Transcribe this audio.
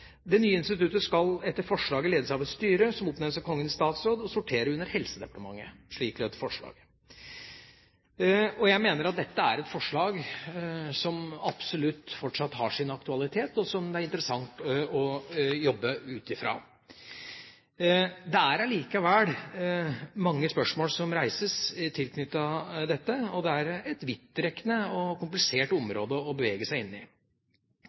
Det nye instituttet skal etter forslaget ledes av et styre, som oppnevnes av Kongen i statsråd, og sortere under Helsedepartementet. Slik lød forslaget. Jeg mener at dette er et forslag som absolutt fortsatt har aktualitet, og som det er interessant å jobbe ut fra. Det er likevel mange spørsmål som reises tilknyttet dette. Det er et vidtrekkende og komplisert område å bevege seg inn i.